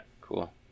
Cool